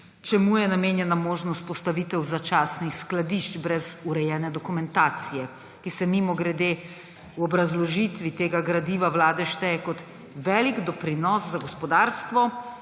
čemu je namenjena možnost postavitev začasnih skladišč brez urejene dokumentacije, ki se, mimogrede, v obrazložitvi tega gradiva vlade šteje kot »velik doprinos za gospodarstvo,